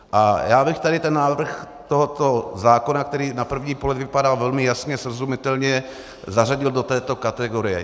A já bych tady ten návrh tohoto zákona, který na první pohled vypadá velmi jasně srozumitelně, zařadil do této kategorie.